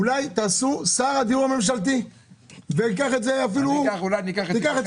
אולי תעשו שר הדיור הממשלתי וייקח את זה אפילו מאיר הלוי.